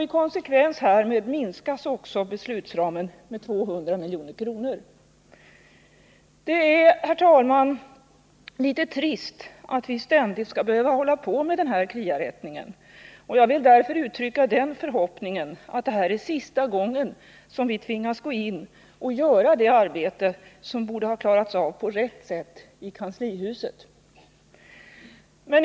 I konsekvens härmed minskas också beslutsramen med 200 milj.kr. Det är, herr talman, litet trist att vi ständigt skall behöva hålla på med denna kriarättning. Jag vill därför uttrycka den förhoppningen att detta är sista gången vi tvingas gå in och göra det arbete som borde ha klarats av på rätt sätt i kanslihuset.